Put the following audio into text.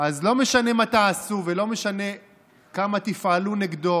אז לא משנה מה תעשו ולא משנה כמה תפעלו נגדו